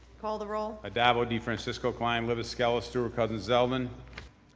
call the roll. addabbo, defrancisco, klein, libous, skelos, stewart-cousins, zeldin.